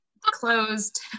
closed